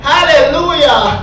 Hallelujah